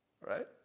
right